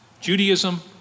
Judaism